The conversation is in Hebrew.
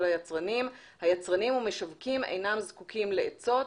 ליצרנים היצרנים והמשווקים אינם זקוקים לעצות,